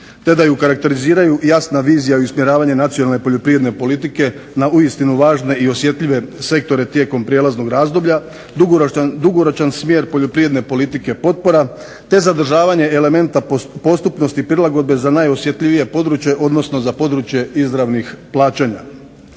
te da ju karakteriziraju jasna vizija i usmjeravanje nacionalne poljoprivredne politike na uistinu važne i osjetljive sektore tijekom prijelaznog razdoblja, dugoročan smjer poljoprivredne politike potpora te zadržavanje elementa postupnosti prilagodbe za najosjetljivije područje, odnosno za područje izravnih plaćanja.